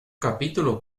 capítulo